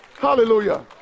Hallelujah